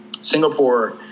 Singapore